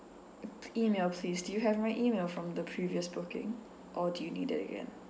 m~ p~ email please do you have my email from the previous booking or do you need it again